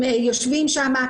הם יושבים שם,